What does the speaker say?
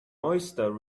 oyster